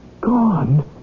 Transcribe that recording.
gone